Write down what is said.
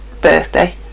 birthday